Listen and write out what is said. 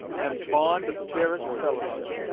and bond of fairest fellowship.